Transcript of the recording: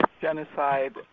genocide